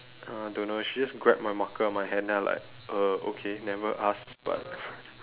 uh don't know eh she just grab my marker out of my hand then I like uh okay never ask but